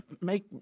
Make